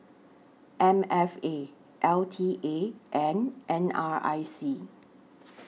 M F A L T A and N R I C